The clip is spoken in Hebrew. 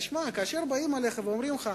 תשמע, כאשר באים אליך ואומרים לך: